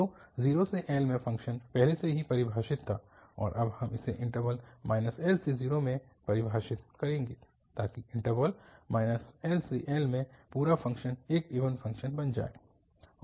तो 0L में function पहले से ही परिभाषित था और अब हम इसे इन्टरवल L0 में परिभाषित करेंगे ताकि इन्टरवल LL में पूरा फ़ंक्शन एक इवन फ़ंक्शन बन जाए